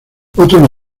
otro